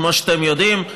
כמו שאתם יודעים,